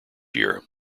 year